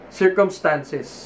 circumstances